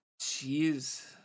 jeez